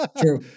True